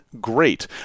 great